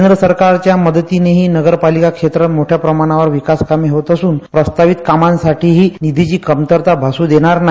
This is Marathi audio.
केंद्रसरकारच्या मदतीनं ही नगरपालिका क्षेत्रात मोठ्याप्रमाणावर विकास होत असून प्रस्तवित कामांसाठीही निधिची कमतरता भासू देणार नाही